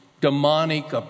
demonic